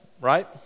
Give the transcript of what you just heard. right